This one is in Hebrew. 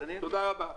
תודה רבה.